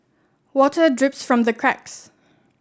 water drips from the cracks